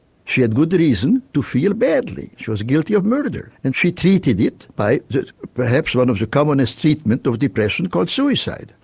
she had good reason to feel badly, she was guilty of murder and she treated it by perhaps one of the commonest treatment of depression called suicide.